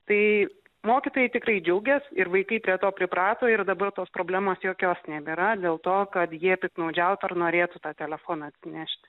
tai mokytojai tikrai džiaugias ir vaikai prie to priprato ir dabar tos problemos jokios nebėra dėl to kad jie piktnaudžiautų ar norėtų tą telefoną atsinešti